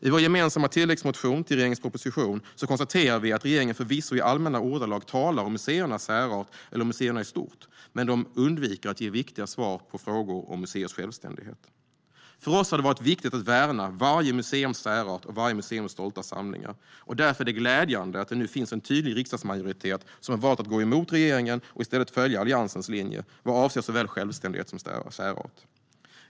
I vår gemensamma tillläggsmotion till regeringens proposition konstaterar vi att regeringen förvisso i allmänna ordalag talar om museernas särart eller museerna i stort men undviker att ge svar på viktiga frågor om museernas självständighet. För oss har det varit viktigt att värna varje museums särart och stolta samlingar. Därför är det glädjande att det nu finns en tydlig riksdagsmajoritet som valt att gå emot regeringen och i stället följa Alliansens linje vad avser såväl självständighet som särart.